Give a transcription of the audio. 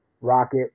rocket